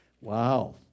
Wow